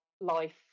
life